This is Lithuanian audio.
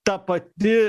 ta pati